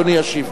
אדוני ישיב,